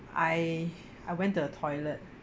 I I went to the toilet